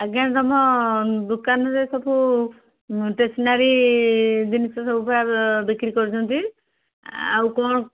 ଆଜ୍ଞା ତୁମ ଦୋକାନରେ ସବୁ ଷ୍ଟେସନାରୀ ଜିନିଷ ସବୁ ପୁରା ବିକ୍ରି କରୁଛନ୍ତି ଆଉ କ'ଣ